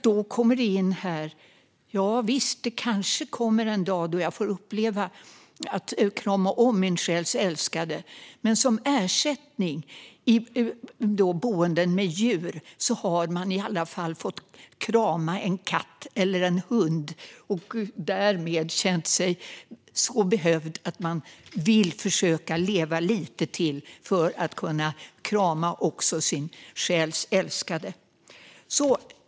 Då kommer det in: Visst, det kanske kommer en dag då jag får uppleva att krama om min själs älskade. Men som ersättning på boenden med djur har man i alla fall fått krama en katt eller en hund och därmed känna sig så behövd att man vill försöka leva lite till för att kunna krama också sin själs älskade.